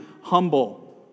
humble